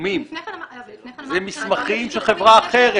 הצילומים --- אבל לפני כן אמרת ש --- אלה מסמכים של חברה אחרת,